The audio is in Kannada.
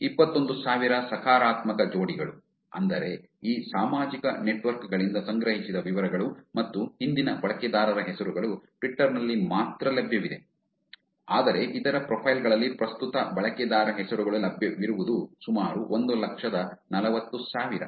ಇಪ್ಪತ್ತೊಂದು ಸಾವಿರ ಸಕಾರಾತ್ಮಕ ಜೋಡಿಗಳು ಅಂದರೆ ಈ ಸಾಮಾಜಿಕ ನೆಟ್ವರ್ಕ್ ಗಳಿಂದ ಸಂಗ್ರಹಿಸಿದ ವಿವರಗಳು ಮತ್ತು ಹಿಂದಿನ ಬಳಕೆದಾರರ ಹೆಸರುಗಳು ಟ್ವಿಟ್ಟರ್ ನಲ್ಲಿ ಮಾತ್ರ ಲಭ್ಯವಿದೆ ಆದರೆ ಇತರ ಪ್ರೊಫೈಲ್ ಗಳಲ್ಲಿ ಪ್ರಸ್ತುತ ಬಳಕೆದಾರ ಹೆಸರುಗಳು ಲಭ್ಯವಿರುವುದು ಸುಮಾರು ಒಂದು ಲಕ್ಷದ ನಲವತ್ತು ಸಾವಿರ